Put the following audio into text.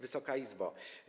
Wysoka Izbo!